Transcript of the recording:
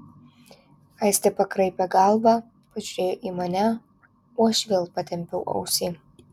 aistė pakraipė galvą pažiūrėjo į mane o aš vėl patempiau ausį